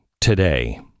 today